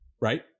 right